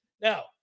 Now